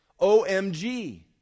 OMG